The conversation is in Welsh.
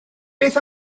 beth